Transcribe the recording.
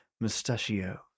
mustachio